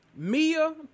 Mia